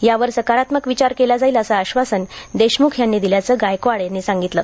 यावर सकारात्मक विचार केला जाईल असे आश्वासन देशमुख यांनी दिल्याचे गायकवाड यांनी सांगितले